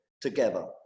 together